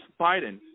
Biden